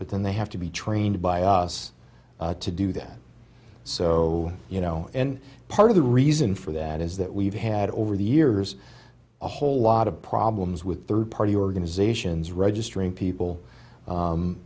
but then they have to be trained by us to do that so you know and part of the reason for that is that we've had over the years a whole lot of problems with third party organizations registering people